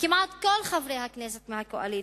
כמעט כל חברי הכנסת מהקואליציה,